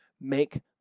Make